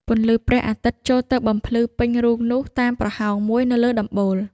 ពន្លឺព្រះអាទិត្យចូលទៅបំភ្លឺពេញរូងនោះ តាមប្រហោងមួយនៅលើដំបូល ។